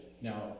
Now